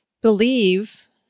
believe